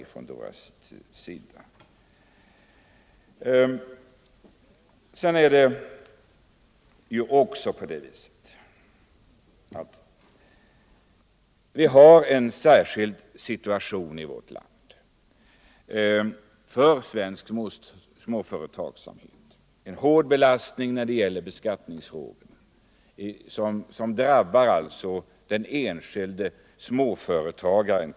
Vidare är det så att småföretagsamheten i vårt land befinner sig i en särskilt svår situation på grund av den hårda skattebelastningen, som hårt drabbar den enskilde småföretagaren.